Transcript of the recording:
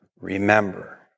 Remember